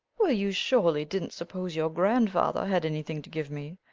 well, you surely didn't suppose your grandfather had anything to give me.